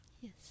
Yes